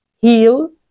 heal